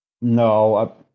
No